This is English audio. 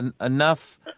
enough